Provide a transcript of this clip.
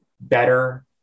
better